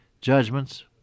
judgments